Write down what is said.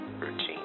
routine